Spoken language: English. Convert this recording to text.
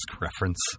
reference